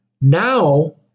Now